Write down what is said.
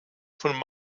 von